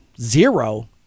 zero